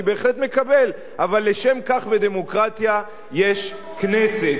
אני בהחלט מקבל, אבל לשם כך בדמוקרטיה יש כנסת.